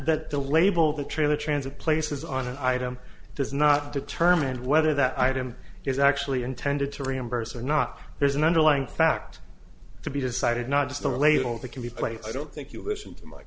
the label the trailer trans of places on an item does not determine whether that item is actually intended to reimburse or not there's an underlying fact to be decided not just the label that can be placed i don't think you listen to my